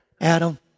Adam